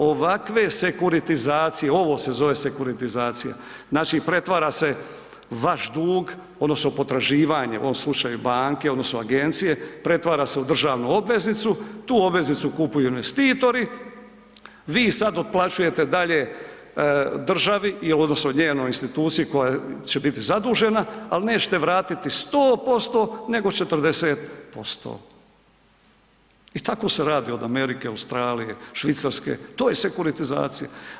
Ovakve sekuritizacije, ovo se zove sekuritizacija, znači pretvara se vaš dug odnosno potraživanje, u ovom slučaju banke odnosno agencije pretvara se u državnu obveznicu, tu obveznicu kupuju investitori, vi sad otplaćujete dalje državi jel odnosno njenoj instituciji koja će biti zadužena, al nećete vratiti 100% nego 40% i tako se radi od Amerike, Australije, Švicarske, to je sekuritizacija.